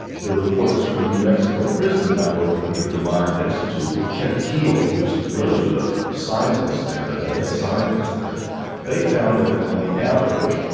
the reports from the new mexico prison that i work in through the mind institute with kent kiehl, who is really the scientist there, the head scientist there they found that on the average,